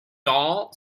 dull